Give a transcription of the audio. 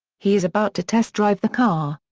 he is about to test drive the car.